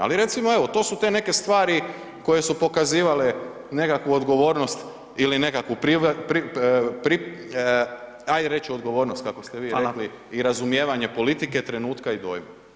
Ali recimo evo to su te neke stvari koje su pokazivale nekakvu odgovornost ili nekakvu, ajde reć odgovornost [[Upadica: Fala]] kako ste vi rekli i razumijevanje politike, trenutka i dojma.